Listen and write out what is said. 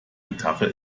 gitarre